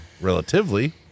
relatively